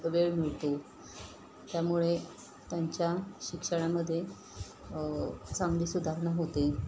वेळ मिळतो त्यामुळे त्यांच्या शिक्षणामध्ये चांगली सुधारणा होते